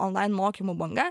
onlain mokymų banga